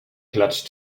clutch